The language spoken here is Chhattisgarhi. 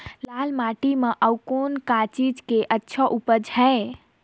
लाल माटी म अउ कौन का चीज के अच्छा उपज है?